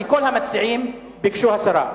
כי כל המציעים ביקשו הסרה.